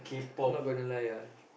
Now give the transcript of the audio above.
not gonna lie ah